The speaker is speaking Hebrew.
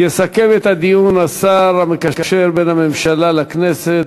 יסכם את הדיון השר המקשר בין הממשלה לכנסת,